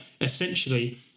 essentially